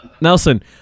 Nelson